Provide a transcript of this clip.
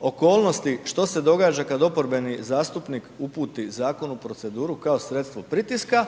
okolnosti što se događa kada oporbeni zastupnik uputi zakon u proceduru kao sredstvo pritiska